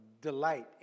delight